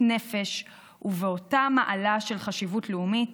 נפש ובאותה מעלה של חשיבות לאומית